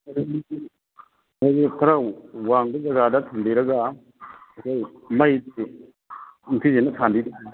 ꯈꯔ ꯋꯥꯡꯕ ꯖꯒꯥꯗ ꯊꯝꯕꯤꯔꯒ ꯑꯩꯈꯣꯏ ꯃꯩꯗꯤ ꯅꯤꯡꯊꯤꯖꯅ ꯊꯥꯟꯕꯤꯕ ꯇꯥꯔꯦ